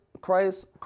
Christ